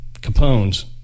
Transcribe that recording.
Capone's